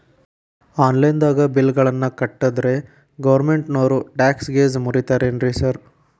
Online ದಾಗ bill ಗಳನ್ನಾ ಕಟ್ಟದ್ರೆ ಗೋರ್ಮೆಂಟಿನೋರ್ ಟ್ಯಾಕ್ಸ್ ಗೇಸ್ ಮುರೇತಾರೆನ್ರಿ ಸಾರ್?